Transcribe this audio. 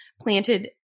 planted